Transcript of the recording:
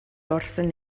wrthon